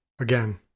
again